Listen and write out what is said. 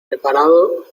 preparado